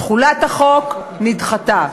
תחולת החוק נדחתה.